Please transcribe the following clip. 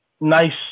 nice